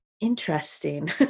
Interesting